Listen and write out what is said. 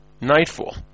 nightfall